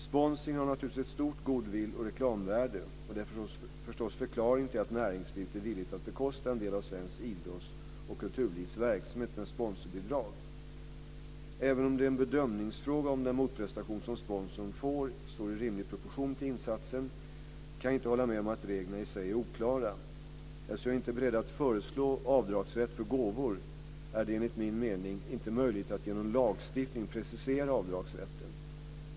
Sponsring har naturligtvis ett stort goodwill och reklamvärde och det är förstås förklaringen till att näringslivet är villigt att bekosta en del av svenskt idrotts och kulturlivs verksamhet med sponsorbidrag. Även om det är en bedömningsfråga om den motprestation som sponsorn får står i rimlig proportion till insatsen kan jag inte hålla med om att reglerna i sig är oklara. Eftersom jag inte är beredd att föreslå avdragsrätt för gåvor är det, enligt min mening, inte möjligt att genom lagstiftning precisera avdragsrätten.